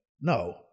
no